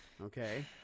Okay